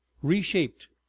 reshaped,